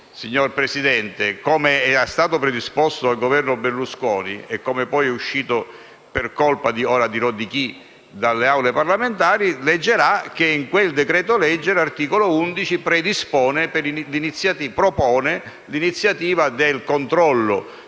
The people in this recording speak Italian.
signor Presidente, come predisposto dal Governo Berlusconi e come poi è uscito - ora dirò per colpa di chi - dalle Aule parlamentari, leggerà che in quel decreto-legge l'articolo 11 propone l'iniziativa del controllo